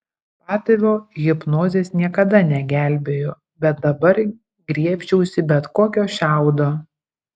patėvio hipnozės niekada negelbėjo bet dabar griebčiausi bet kokio šiaudo